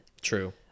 True